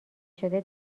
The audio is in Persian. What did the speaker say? شده